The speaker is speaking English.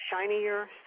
shinier